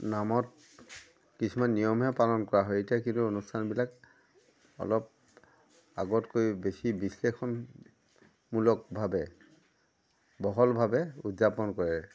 নামত কিছুমান নিয়মহে পালন কৰা হয় এতিয়া কিন্তু অনুষ্ঠানবিলাক অলপ আগতকৈ বেছি বিশ্লেষণমূলকভাৱে বহলভাৱে উদযাপন কৰে